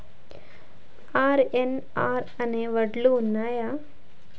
RNR అనే వడ్లు ఉన్నయా?